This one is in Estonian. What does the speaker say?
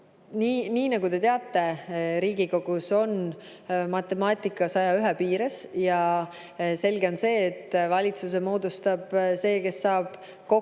nii nagu te teate, Riigikogus on matemaatika 101 piires ja selge on see, et valitsuse moodustab see, kes saab kokkuleppe